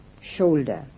shoulder